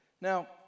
Now